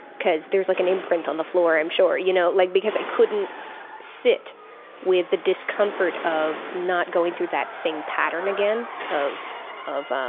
cause there's like an imprint on the floor, i'm sure. you know like because i couldn't sit with the discomfort of not going through that same pattern again of of